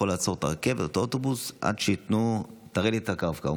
יכול לעצור את האוטובוס עד שיראו לו את הרב-קו?